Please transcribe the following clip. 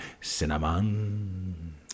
cinnamon